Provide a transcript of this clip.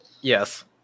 Yes